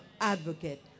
advocate